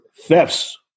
thefts